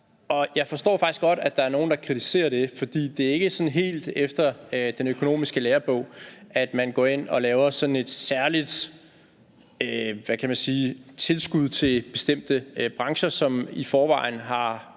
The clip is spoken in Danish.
jeg forstår faktisk godt, at der er nogle, der kritiserer det, for det er ikke sådan helt efter den økonomiske lærebog, at man går ind og laver sådan et særligt, hvad kan man sige, tilskud til bestemte brancher, som i forvejen har